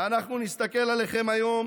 ואנחנו נסתכל עליכם היום